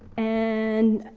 and,